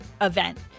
event